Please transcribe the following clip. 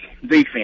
defense